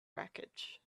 wreckage